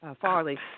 Farley